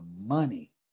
money